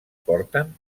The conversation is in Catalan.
porten